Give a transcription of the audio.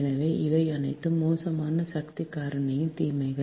எனவே இவை அனைத்தும் மோசமான சக்தி காரணியின் தீமைகள்